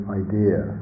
idea